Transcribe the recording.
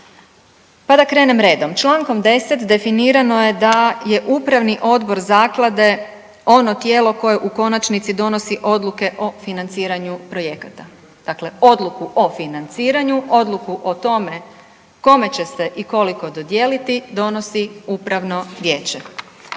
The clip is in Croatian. Pa da krenem redom, Člankom 10. definirano je da je upravni odbor zaklade ono tijelo koje u konačnici donosi odluke o financiranju projekata. Dakle, odluku o financiranju, odluku o tome kome će se i koliko dodijeliti donosi upravno vijeće.